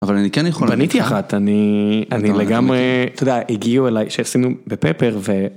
אבל אני כן יכול להגיד. בניתי אחת, אני לגמרי, אתה יודע, הגיעו אליי, שעשינו בפפר ו...